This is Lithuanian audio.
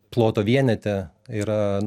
ploto vienete yra